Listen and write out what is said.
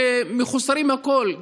שהם חסרים הכול,